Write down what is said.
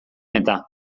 eta